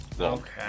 Okay